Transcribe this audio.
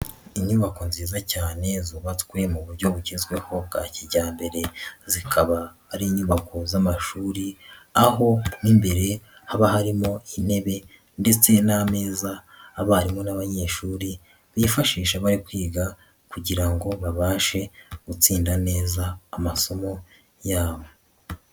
Inyubako nziza cyane zubatswe mu buryo bugezweho bwa kijyambere. Zikaba ari inyubako z'amashuri aho imbere haba harimo intebe ndetse n'ameza abarimu n'abanyeshuri bifashisha bari kwiga kugira ngo babashe gutsinda neza amasomo yabo.